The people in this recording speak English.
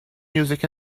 music